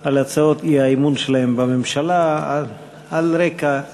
על הצעות האי-אמון שלהן בממשלה על הרקע הכלכלי.